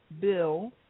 Bill